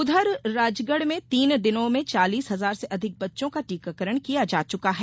उधर राजगढ़ में तीन दिनों में चालीस हजार से अधिक बच्चों का टीकाकरण किया जा चुका है